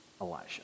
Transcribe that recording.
Elijah